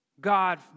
God